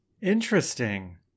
Interesting